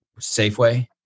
safeway